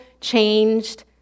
changed